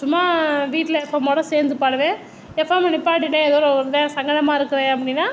சும்மா வீட்டில் எப்பவும் போல் சேர்ந்து பாடுவேன் எஃப்எம் நிப்பாட்டிட்டேன் எதோ ஒரு நேரம் சங்கடமாக இருக்கிறேன் அப்படினா